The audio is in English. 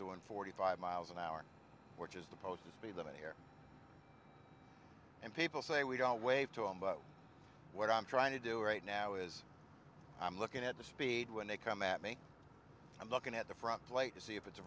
doing forty five miles an hour which is the posted speed limit here and people say we don't wave to him but what i'm trying to do right now is i'm looking at the speed when they come at me i'm looking at the front plate to see if it